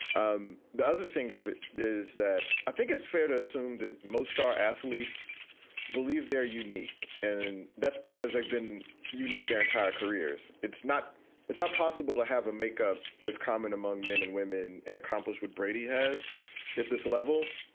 um the other thing of it is that i think it's fair to assume that most star athletes believe they're unique, and that's because they've been unique their entire careers. it's not it's not possible to have a makeup that's common among men and women and accomplish what brady has at this level.